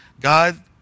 God